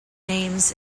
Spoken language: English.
names